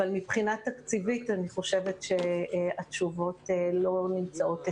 אבל מבחינה תקציבית אני חושבת שהתשובות לא נמצאות אצלי.